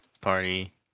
party